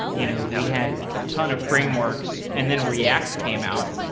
you know we had a ton of frameworks and then react came out,